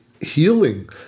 healing